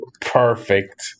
perfect